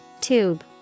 Tube